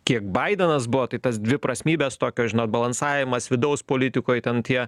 kiek baidenas buvo tai tas dviprasmybes tokio žinot balansavimas vidaus politikoj ten tie